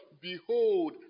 Behold